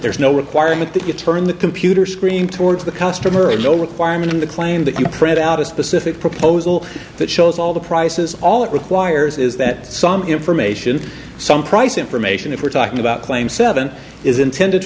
there's no requirement that you turn the computer screen towards the customer and no requirement to claim that you print out a specific proposal that shows all the prices all it requires is that some information some price information if we're talking about claims seven is intended